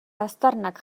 aztarnak